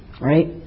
Right